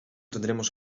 tendremos